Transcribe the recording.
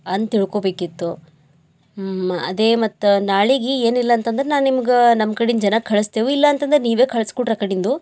ಅಂತ ತಿಳ್ಕೊಬೇಕಿತ್ತು ಅದೇ ಮತ್ತು ನಾಳೆಗಿ ಏನಿಲ್ಲಂತಂದ್ರ ನಾ ನಿಮ್ಗ ನಮ್ಮ ಕಡಿನ ಜನ ಕಳಿಸ್ತೆವು ಇಲ್ಲಾಂತಂದ್ರ ನೀವೇ ಕಳಿಸ್ಕೊಡ್ರ್ ಆಕಡಿಂದ